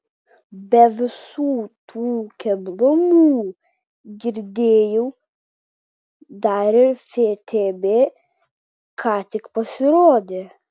be visų tų keblumų girdėjau dar ir ftb ką tik pasirodė